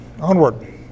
Onward